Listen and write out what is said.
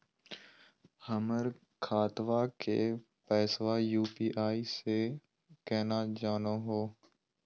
हमर खतवा के पैसवा यू.पी.आई स केना जानहु हो?